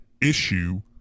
issue